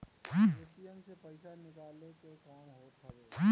ATM से पईसा निकाले के काम होत हवे